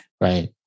Right